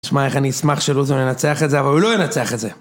תשמע איך אני אשמח שלוזון ינצח את זה, אבל הוא לא ינצח את זה.